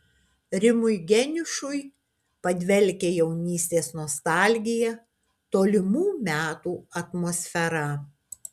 rimui geniušui padvelkia jaunystės nostalgija tolimų metų atmosfera